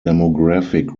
demographic